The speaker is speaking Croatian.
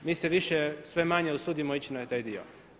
Mi se više, sve manje usudimo ići na taj dio.